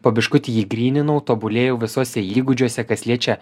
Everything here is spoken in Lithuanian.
po biškutį jį gryninau tobulėjau visuose įgūdžiuose kas liečia